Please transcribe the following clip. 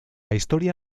historia